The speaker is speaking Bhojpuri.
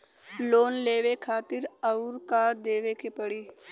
लोन लेवे खातिर अउर का देवे के पड़ी?